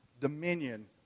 dominion